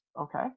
Okay